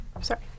sorry